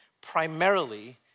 primarily